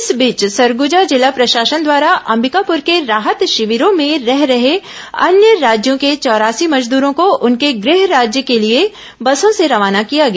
इस बीच सरगुजा जिला प्रशासन द्वारा अंबिकापुर के राहत शिविरों में रह रहे अन्य राज्यों के चौरासी मजदूरों को उनके गृह राज्य के लिए बसों से रवाना किया गया